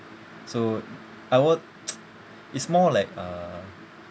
so I were it's more like uh